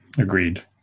Agreed